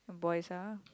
boys ah